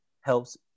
helps